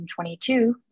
2022